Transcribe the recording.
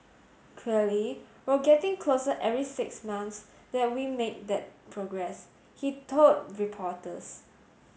clearly we're getting closer every six months that we make that progress he told reporters